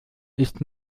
ist